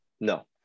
no